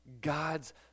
God's